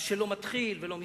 מה שלא מתחיל ולא מסתיים,